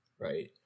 right